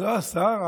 לא השר,